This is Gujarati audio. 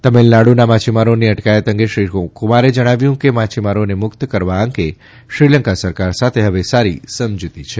તમિળનાડુના માછીમારોની અટકાયત અંગે શ્રીક્રમારે જણાવ્યું કે માછીમારોને મુક્ત કરવા અંગે શ્રીલંકા સરકાર સાથે હવે સારી સમજૂતી છે